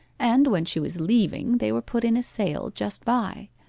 and when she was leaving they were put in a sale just by.